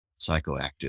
psychoactive